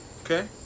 Okay